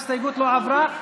ההסתייגות לא עברה.